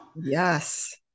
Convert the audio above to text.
yes